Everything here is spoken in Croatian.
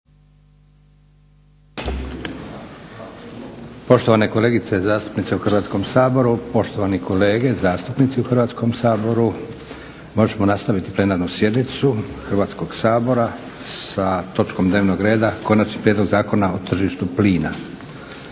Poštovane kolegice zastupnice u Hrvatskom saboru, poštovani kolege zastupnici u Hrvatskom saboru možemo nastaviti Plenarnu sjednicu Hrvatskog sabora sa točkom dnevnog reda: - Konačni prijedlog Zakona o tržištu plina,